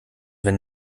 wenn